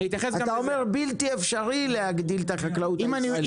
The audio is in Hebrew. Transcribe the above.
אתה אומר בלתי אפשרי להגדיל את החקלאות הישראלית.